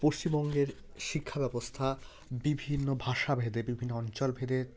পশ্চিমবঙ্গের শিক্ষাব্যবস্থা বিভিন্ন ভাষাভেদে বিভিন্ন অঞ্চলভেদে